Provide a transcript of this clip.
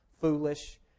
foolish